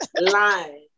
lying